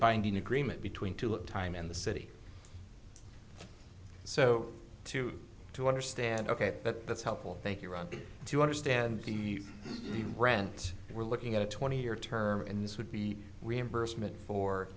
binding agreement between two time and the city so to to understand ok but that's helpful thank you ron do you understand brant we're looking at a twenty year term and this would be reimbursement for